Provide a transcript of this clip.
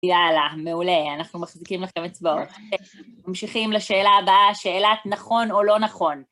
יאללה, מעולה, אנחנו מחזיקים לכם אצבעות. ממשיכים לשאלה הבאה, שאלת נכון או לא נכון.